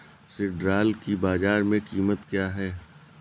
सिल्ड्राल की बाजार में कीमत क्या है?